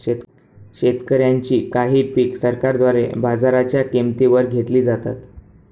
शेतकऱ्यांची काही पिक सरकारद्वारे बाजाराच्या किंमती वर घेतली जातात